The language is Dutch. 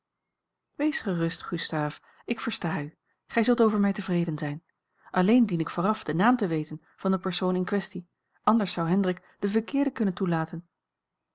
wees gerust gustaaf ik versta u gij zult over mij tevreden zijn alleen dien ik vooraf den naam te weten van den persoon in kwestie anders zou hendrik den verkeerde kunnen toelaten